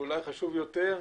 ואולי חשוב יותר,